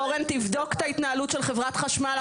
אורן, תבדוק את ההתנהלות של חברת חשמל.